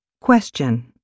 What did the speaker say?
Question